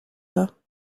her